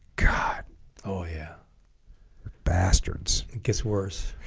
god oh yeah bastards gets worse